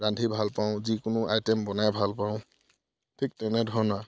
ৰান্ধি ভাল পাওঁ যিকোনো আইটেম বনাই ভাল পাওঁ ঠিক তেনেধৰণে